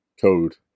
Code